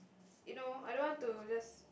you know I don't want to just